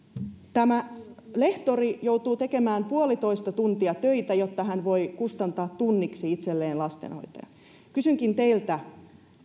tämä lehtori joutuu tekemään puolitoista tuntia töitä jotta hän voi kustantaa tunniksi itselleen lastenhoitajan kysynkin teiltä